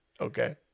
Okay